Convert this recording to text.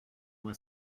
moi